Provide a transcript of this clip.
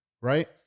right